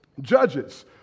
Judges